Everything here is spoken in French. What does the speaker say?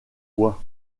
bois